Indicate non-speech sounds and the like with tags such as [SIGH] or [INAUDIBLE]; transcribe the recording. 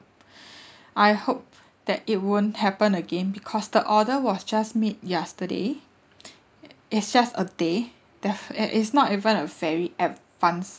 I hope that it won't happen again because the order was just made yesterday [NOISE] it's just a day th~ ya it's not even a very advance